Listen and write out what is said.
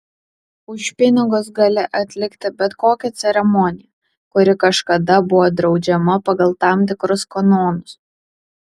už pinigus gali atlikti bet kokią ceremoniją kuri kažkada buvo draudžiama pagal tam tikrus kanonus